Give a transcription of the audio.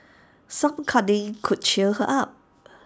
some cuddling could cheer her up